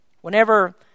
Whenever